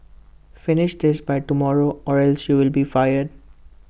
finish this by tomorrow or else you'll be fired